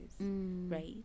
right